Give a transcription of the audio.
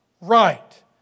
right